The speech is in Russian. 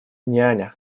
няня